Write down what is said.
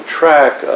track